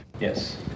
Yes